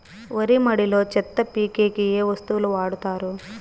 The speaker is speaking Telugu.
వరి మడిలో చెత్త పీకేకి ఏ వస్తువులు వాడుతారు?